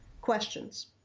questions